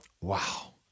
Wow